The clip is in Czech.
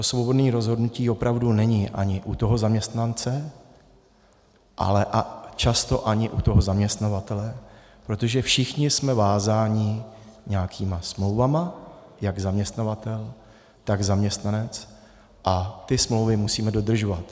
To svobodné rozhodnutí opravdu není ani u toho zaměstnance, ale často ani u toho zaměstnavatele, protože všichni jsme vázáni nějakými smlouvami, jak zaměstnavatel, tak zaměstnanec, a ty smlouvy musíme dodržovat.